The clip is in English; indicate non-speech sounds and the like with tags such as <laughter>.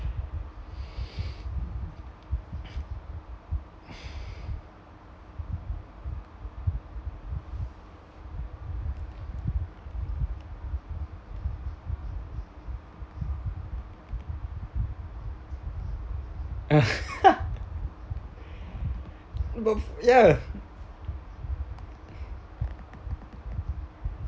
<laughs> but ya